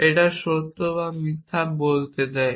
এটা সত্য এবং মিথ্যা বলতে দেয়